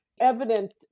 evident